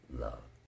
love